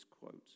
quote